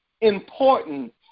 important